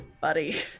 buddy